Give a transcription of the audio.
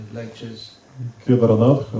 lectures